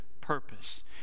purpose